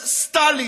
תדבר.